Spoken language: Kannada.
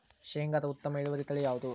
ಶೇಂಗಾದ ಉತ್ತಮ ಇಳುವರಿ ತಳಿ ಯಾವುದು?